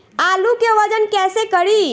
आलू के वजन कैसे करी?